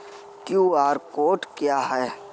QR code क्या है?